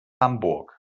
hamburg